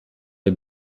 les